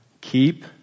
Keep